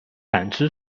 感知